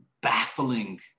baffling